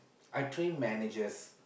I train managers